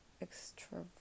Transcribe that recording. extrovert